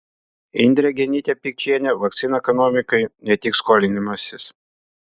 indrė genytė pikčienė vakcina ekonomikai ne tik skolinimasis